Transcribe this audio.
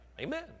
Amen